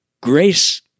grace